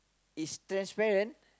is transparent